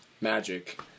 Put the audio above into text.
magic